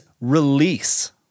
release